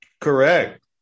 correct